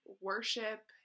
worship